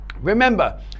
Remember